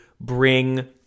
bring